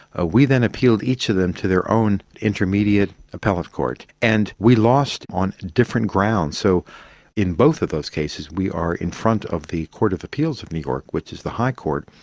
ah we then appealed each of them to their own intermediate appellate court, and we lost on different grounds. so in both of those cases we are in front of the court of appeals of new york, which is the high court,